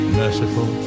merciful